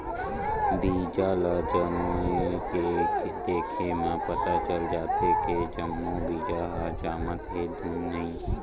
बीजा ल जमो के देखे म पता चल जाथे के जम्मो बीजा ह जामत हे धुन नइ